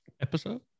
episode